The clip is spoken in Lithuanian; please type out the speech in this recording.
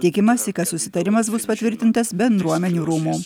tikimasi kad susitarimas bus patvirtintas bendruomenių rūmų